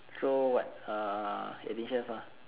so what err eighteen chef ah